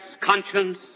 conscience